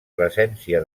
presència